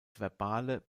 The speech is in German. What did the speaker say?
verbale